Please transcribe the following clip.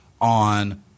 on